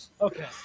Okay